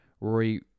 Rory